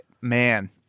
man